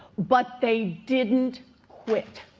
but they didn't quit.